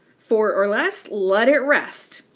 four or less, let it rest.